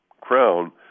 crown